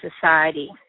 society